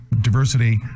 diversity